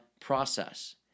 process